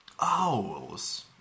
Owls